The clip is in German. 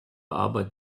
arbeit